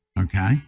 Okay